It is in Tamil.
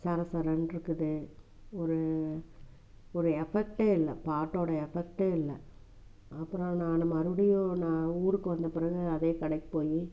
சற சறன்ட்ருக்குது ஒரு ஒரு எஃபெக்டே இல்லை பாட்டோடய எஃபெக்டே இல்லை அப்புறம் நான் மறுபடியும் நான் ஊருக்கு வந்த பிறகு அதே கடைக்கு போய்